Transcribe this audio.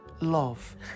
love